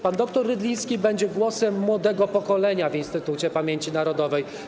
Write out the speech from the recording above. Pan dr Rydliński będzie głosem młodego pokolenia w Instytucie Pamięci Narodowej.